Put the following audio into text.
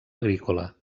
agrícola